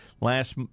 last